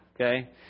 Okay